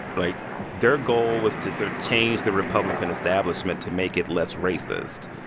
like, their goal was to sort of change the republican establishment to make it less racist,